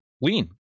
Lean